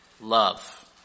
love